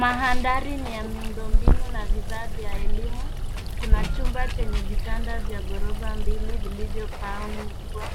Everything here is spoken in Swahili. Mandhari ni ya elimu mbinu na vifaa vya elimu. Kuna chumba chenye vitanda vya ghorofa mbili vilivyopangwa.